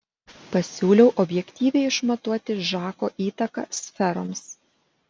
pasiūlau objektyviai išmatuoti žako įtaką sferoms